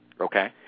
Okay